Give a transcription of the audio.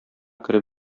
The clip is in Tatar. кереп